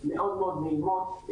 מאוד מאוד נעימות.